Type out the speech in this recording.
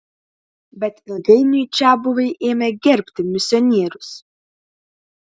bet ilgainiui čiabuviai ėmė gerbti misionierius